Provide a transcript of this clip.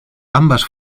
ambas